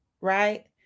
right